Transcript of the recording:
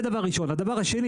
דבר שני